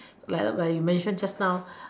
like ah you mention just now